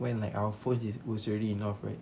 when like our phones is already enough right